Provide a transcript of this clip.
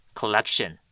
collection